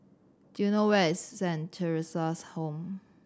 do you know where is Saint Theresa's Home